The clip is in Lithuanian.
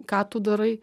ką tu darai